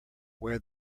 where